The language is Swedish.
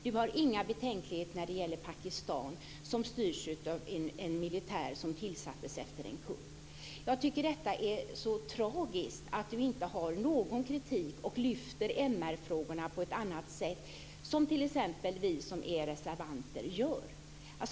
Hon har inga betänkligheter när det gäller Pakistan som styrs av en militär som tillsattes efter en kupp. Jag tycker att det är så tragiskt att Carina Hägg inte har någon kritik och inte lyfter fram MR-frågorna på ett annat sätt, vilket t.ex. vi reservanter gör.